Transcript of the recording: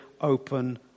open